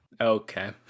Okay